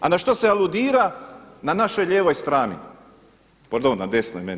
A na što se aludira, na našoj lijevoj strani, pardon na desnoj meni?